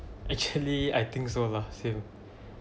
actually I think so lah same